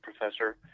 professor